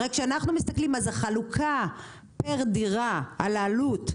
הרי כשאנחנו מסתכלים אז החלוקה פר דירה על העלות,